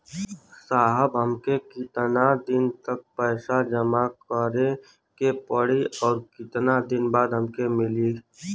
साहब हमके कितना दिन तक पैसा जमा करे के पड़ी और कितना दिन बाद हमके मिली?